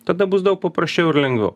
tada bus daug paprasčiau ir lengviau